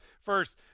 First